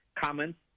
comments